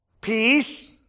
peace